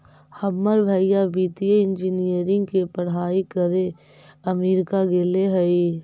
हमर भाई वित्तीय इंजीनियरिंग के पढ़ाई करे अमेरिका गेले हइ